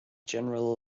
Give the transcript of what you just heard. general